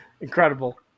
Incredible